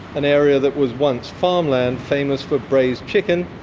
an area that was once farmland famous for braised chicken,